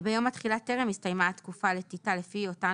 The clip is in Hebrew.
וביום התחילה טרם הסתיימה התקופה לתיתה לפי אותן